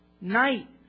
night